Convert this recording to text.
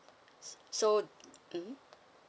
so mm